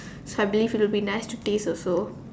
so I believe it will be nice to taste also